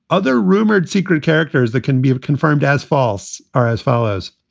other rumored secret characters that can be confirmed as false are as follows.